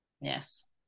yes